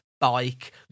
bike